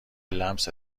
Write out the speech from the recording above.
لمست